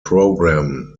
program